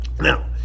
Now